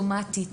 אוטומטית,